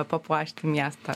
papuošti miestą